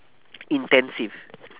intensive